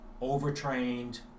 overtrained